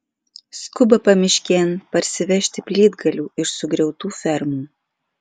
skuba pamiškėn parsivežti plytgalių iš sugriautų fermų